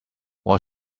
what